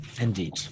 Indeed